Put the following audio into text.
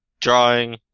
drawing